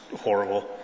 horrible